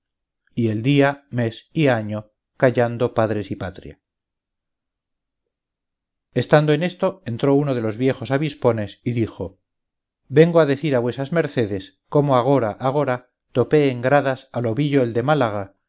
y el día mes y año callando padres y patria estando en esto entró uno de los viejos avispones y dijo vengo a decir a vuesas mercedes cómo agora agora topé en gradas a lobillo el de málaga